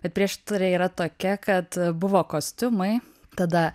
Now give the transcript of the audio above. bet priešistorė yra tokia kad buvo kostiumai tada